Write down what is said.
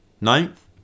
Ninth